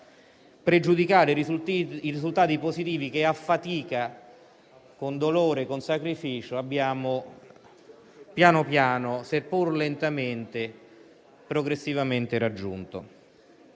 pregiudicare i risultati positivi che a fatica, con dolore e con sacrificio, abbiamo, seppur lentamente, progressivamente raggiunto.